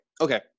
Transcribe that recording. okay